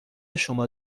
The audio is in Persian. شما